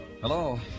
Hello